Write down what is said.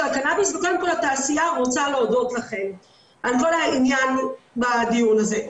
הקנאביס וקודם כל התעשייה רוצה להודות לכם על כל העניין בדיון הזה.